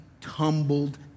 tumbled